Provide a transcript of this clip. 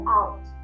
out